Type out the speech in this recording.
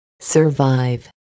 Survive